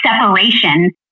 separation